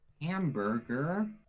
hamburger